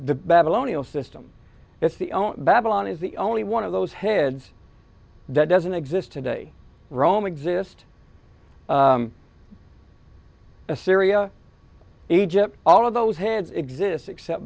the babylonian system it's the only babylon is the only one of those heads that doesn't exist today rome exist assyria egypt all of those heads exist except